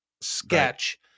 sketch